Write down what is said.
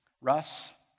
Russ